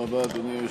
בבקשה, אדוני.